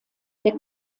der